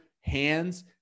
hands